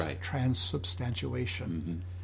transubstantiation